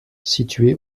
situé